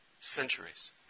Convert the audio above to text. Centuries